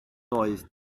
doedd